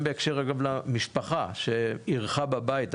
גם בהקשר למשפחה שאירחה בבית.